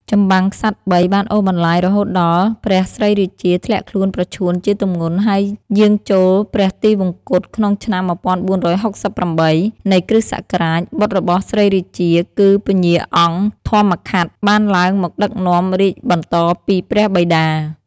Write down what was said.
ចម្បាំងក្សត្របី បានអូសបន្លាយរហូតដល់ ព្រះស្រីរាជា ធ្លាក់ខ្លួនប្រឈួនជាទម្ងន់ហើយយាងចូលព្រះទីវង្គតក្នុងឆ្នាំ ១៤៦៨ នៃគ.សករាជ បុត្ររបស់ស្រីរាជា គឺពញ្ញាអង្គធម្មខាត់ បានឡើងមកដឹកនាំរាជបន្តពីព្រះបិតា។